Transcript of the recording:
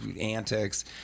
antics